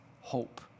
hope